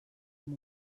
amb